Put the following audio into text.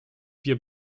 wir